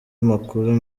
amakuru